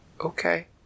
Okay